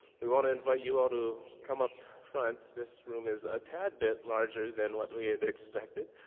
we want to invite you all to come up front, this room is a tad bit larger than what we had expected.